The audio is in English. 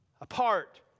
Apart